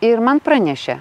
ir man pranešė